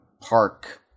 park